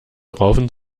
raufen